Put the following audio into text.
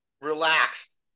relaxed